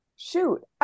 shoot